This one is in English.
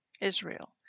Israel